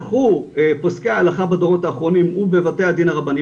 לקחו פוסקי ההלכה בדורות האחרונים ובבתי הדין הרבניים,